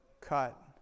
cut